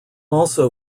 also